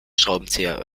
schraubenzieher